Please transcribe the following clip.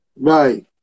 Right